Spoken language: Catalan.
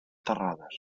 terrades